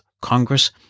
Congress